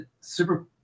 super